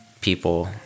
people